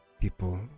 people